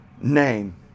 name